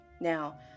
Now